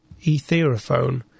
etherophone